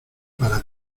para